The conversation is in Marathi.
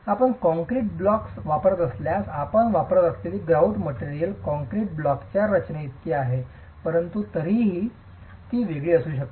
आपण काँक्रीट ब्लॉक्स वापरत असल्यास आपण वापरत असलेली ग्रॉउट मटेरियल कंक्रीट ब्लॉकच्या रचनेइतकीच आहे परंतु तरीही ती वेगळी असू शकते